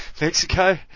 Mexico